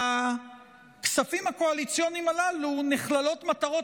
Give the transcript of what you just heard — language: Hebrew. בכספים הקואליציוניים הללו נכללות מטרות